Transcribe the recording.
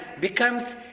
becomes